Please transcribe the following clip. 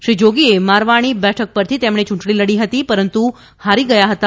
શ્રી જાગીએ મારવાણી બેઠક પરથી તેમણે ચૂંટણી લડી હતી પરંતુ હારી ગયા હતા